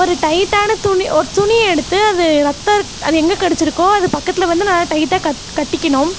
ஒரு டைட்டான துணி ஒர் துணியை எடுத்து அது ரத்தருக் அது எங்கே கடிச்சிருக்கோ அது பக்கத்தில் வந்து நல்லா டைட்டாக கட் கட்டிக்கணும்